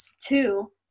two